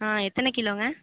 ஆ எத்தனை கிலோங்க